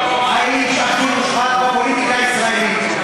האיש הכי מושחת בפוליטיקה הישראלית.